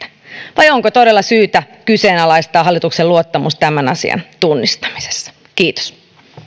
vai onko todella syytä kyseenalaistaa luottamus hallitukseen luottamus tämän asian tunnistamisessa kiitos